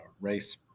race